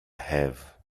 have